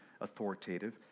authoritative